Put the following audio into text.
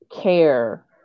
care